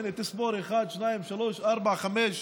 הינה, תספור, אחת, שתיים, שלוש, ארבע, חמש.